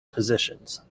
positions